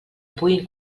puguin